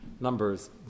numbers